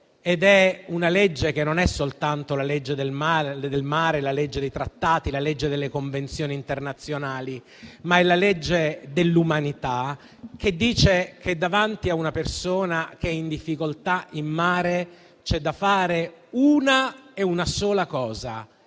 Vi è una legge, che non è soltanto la legge del mare, la legge dei trattati e la legge delle convenzioni internazionali, ma è la legge dell'umanità. Essa dice che, di fronte ad una persona in difficoltà in mare, c'è da fare una e una sola cosa: